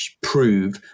prove